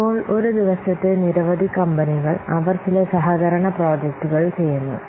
ഇപ്പോൾ ഒരു ദിവസത്തെ നിരവധി കമ്പനികൾ അവർ ചില സഹകരണ പ്രോജക്ടുകൾ ചെയ്യുന്നു